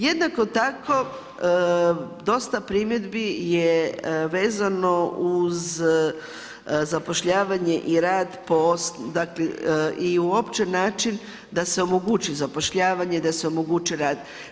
Jednako tako, dosta primjedbi je vezano uz zapošljavanje i rad i uopće način da se omogući zapošljavanje, da se omogući rad.